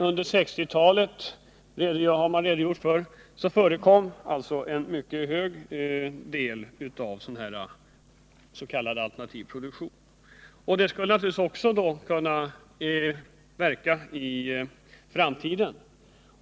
Under 1960-talet hade varvet en mycket hög andel sådan produktion. Denna inriktning skulle naturligtvis också kunna fortsätta i framtiden.